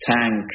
tanks